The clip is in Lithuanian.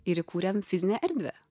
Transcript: ir įkūrėme fizinę erdvę